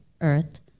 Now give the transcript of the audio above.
earth